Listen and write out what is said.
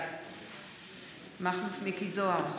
בעד מכלוף מיקי זוהר,